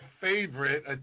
favorite